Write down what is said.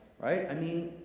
right, i mean,